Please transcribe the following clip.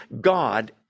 God